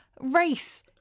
race